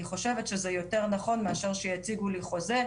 אני חושבת שזה יותר נכון מאשר שיציגו לי חוזה,